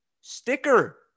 Sticker